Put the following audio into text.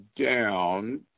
down